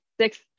Six